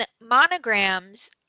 monograms